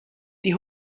die